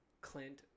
Clint